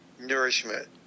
nourishment